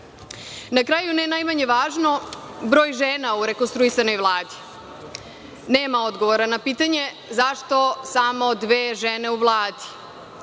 kraju, ne najmanje važno, broj žena u rekonstruisanoj Vladi. Nema odgovora na pitanje zašto samo dve žene u Vladi.